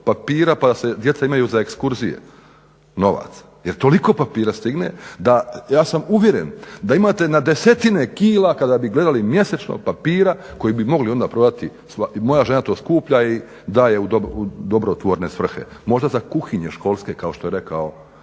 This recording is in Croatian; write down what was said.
papira pa da djeca imaju za ekskurzije novaca. Jer toliko papira stigne da, ja sam uvjeren, da imate na desetine kila kada bi gledali mjesečno papira koji bi mogli onda prodati i moja žena to skuplja i daje u dobrotvorne svrhe, možda za kuhinje školske kao što je rekao